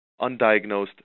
undiagnosed